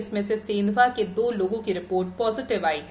इसमें से सेंधवा के दो लोगों की रिपोर्ट पॉजिटिव बड़वानी आई है